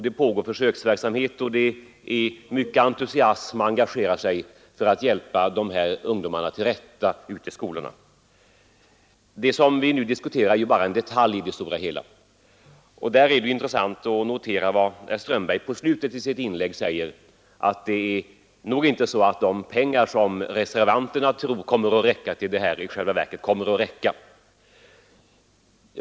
Det pågår försöksverksamhet, och många har med entusiasm engagerat sig för att hjälpa dessa ungdomar till rätta i skolorna. Vad vi nu diskuterar är bara en detalj i det stora hela. Det är intressant att notera vad herr Strömberg sade i slutet av sitt inlägg, att det nog är så att de pengar som reservanterna tror kommer att räcka i själva verket inte gör det.